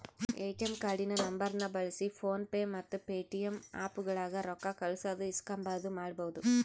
ATM ಕಾರ್ಡಿನ ನಂಬರ್ನ ಬಳ್ಸಿ ಫೋನ್ ಪೇ ಮತ್ತೆ ಪೇಟಿಎಮ್ ಆಪ್ಗುಳಾಗ ರೊಕ್ಕ ಕಳ್ಸೋದು ಇಸ್ಕಂಬದು ಮಾಡ್ಬಹುದು